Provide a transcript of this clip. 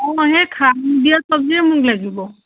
অঁ সেই সাৰ নিদিয়া চব্জিয়ে মোক লাগিব